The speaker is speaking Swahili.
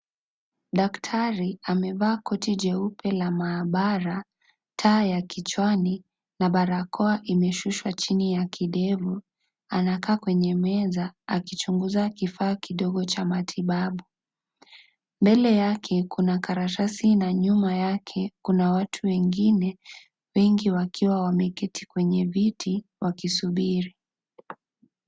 Daktari amevaa koti jeupe la maabara , taa ya kichwani na barakoa imeshushwa chini ya kidevu . Anakaa kwenye meza akichunguza kifaa kidogo cha matibabu . Mbele yake kuna karatasi na nyuma yake kuna watu wengine wengi wakiwa wameketi kwenye viti wakisubiri .